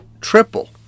triple